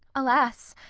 alas!